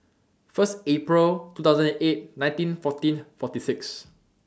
First April two thousand and eight nineteen fourteen forty six